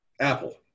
Apple